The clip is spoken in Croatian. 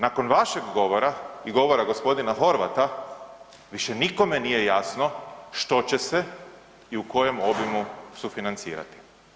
Nakon vašeg govora i govora g. Horvata više nikome nije jasno što će se i u kojem obimu sufinancirati.